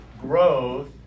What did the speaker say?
growth